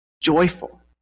joyful